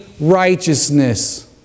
righteousness